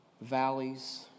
valleys